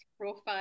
profile